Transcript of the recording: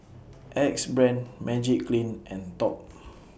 Axe Brand Magiclean and Top